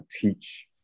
teach